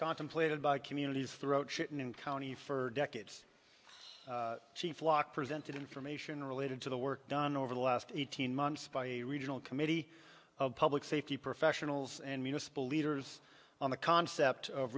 contemplated by communities throughout shipping and county for decades she flock presented information related to the work done over the last eighteen months by a regional committee of public safety professionals and municipal leaders on the concept of